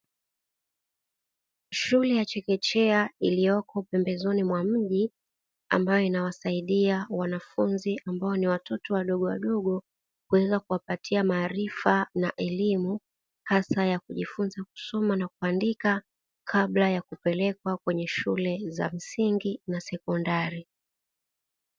Shule ya chekechea iliyopo pembezoni mwa mji ambayo inawasaidia wanafunzi ambao ni watoto wadogo wadogo, kuweza kuwapatia maarifa na elimu hasa ya kujifunza kusoma na kuandika kabla yakupelekwa kwenye shule za msingi na sekondari.